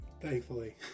thankfully